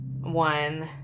one